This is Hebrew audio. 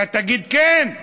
אתה תגיד כן.